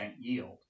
yield